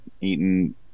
eaten